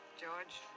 George